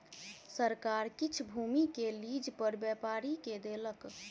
सरकार किछ भूमि के लीज पर व्यापारी के देलक